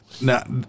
Now